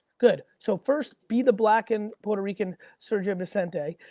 good, so first be the black and puerto rican sergio vecente.